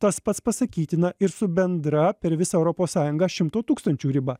tas pats pasakytina ir su bendra per visą europos sąjungą šimto tūkstančių riba